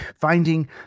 finding